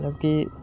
मतलब की